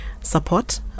support